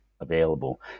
available